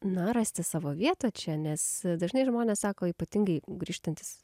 na rasti savo vietą čia nes dažnai žmonės sako ypatingai grįžtantys